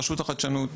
רשות החדשנות,